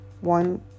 one